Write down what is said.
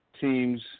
teams